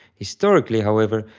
historically however,